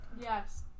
Yes